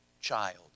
child